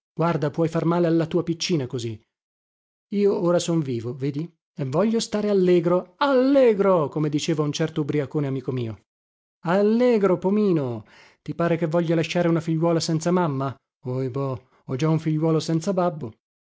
guarda puoi far male alla tua piccina così io ora sono vivo vedi e voglio stare allegro allegro come diceva un certo ubriaco amico mio allegro pomino ti pare che voglia lasciare una figliuola senza mamma ohibò ho già un figliuolo senza babbo